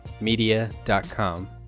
media.com